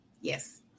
Yes